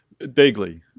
Vaguely